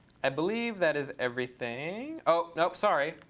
i believe that is everything. oh, nope, sorry!